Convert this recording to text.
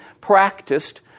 practiced